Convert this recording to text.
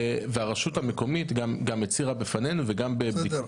והרשות המקומית גם הצהירה בפנינו --- בסדר,